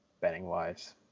betting-wise